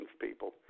people